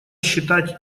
считать